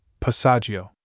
Passaggio